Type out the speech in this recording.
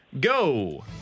go